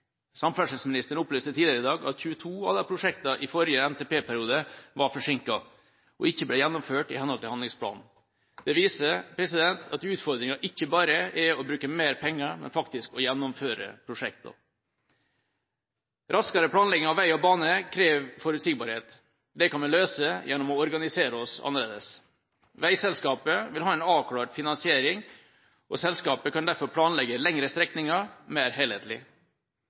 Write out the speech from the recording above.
Samferdselsministeren opplyste tidligere i dag at 22 av prosjektene i forrige NTP-periode var forsinket og ikke ble gjennomført i henhold til handlingsplanen. Det viser at utfordringen ikke bare er å bruke mer penger, men faktisk å gjennomføre prosjektene. Raskere planlegging av vei og bane krever forutsigbarhet. Det kan vi løse gjennom å organisere oss annerledes. Veiselskapet vil ha en avklart finansiering, og selskapet kan derfor planlegge lengre strekninger mer helhetlig.